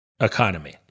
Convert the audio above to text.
economy